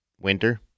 winter